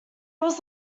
was